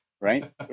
right